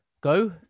go